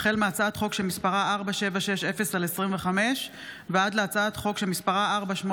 החל בהצעת חוק פ/4760/25 וכלה בהצעת חוק פ/4807/25: